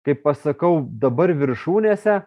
kai pasakau dabar viršūnėse